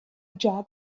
già